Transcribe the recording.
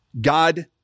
God